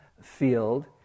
field